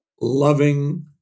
loving